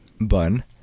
Bun